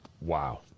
wow